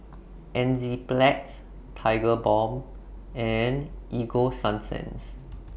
Enzyplex Tigerbalm and Ego Sunsense